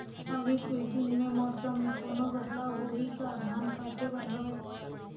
अभी कुछ दिन मे मौसम मे कोनो बदलाव होही का? धान काटे बर हवय?